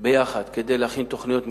ביחד כדי להכין תוכניות מיתאר,